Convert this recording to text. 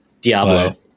Diablo